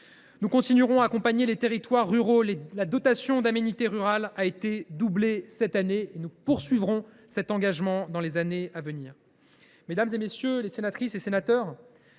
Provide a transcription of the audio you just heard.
Nous continuerons à accompagner les territoires ruraux. La dotation aux communes pour les aménités rurales a été doublée cette année, et nous poursuivrons cet engagement dans les années à venir. Mesdames, messieurs les sénatrices et les sénateurs,